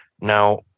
Now